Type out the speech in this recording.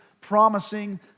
promising